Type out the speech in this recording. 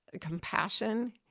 compassion